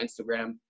Instagram